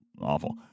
awful